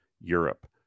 Europe